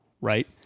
right